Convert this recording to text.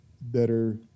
better